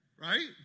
right